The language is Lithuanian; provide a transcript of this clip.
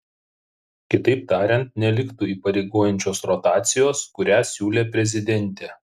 kitaip tariant neliktų įpareigojančios rotacijos kurią siūlė prezidentė